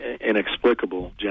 inexplicable